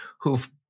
who've